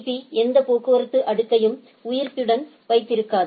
பீ எந்த போக்குவரத்து அடுக்கையும் உயிர்ப்புடன் வைத்திருக்காது